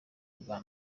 bwa